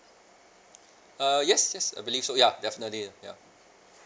err yes yes I believe so yeah definitely yeah